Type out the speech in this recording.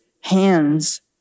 hands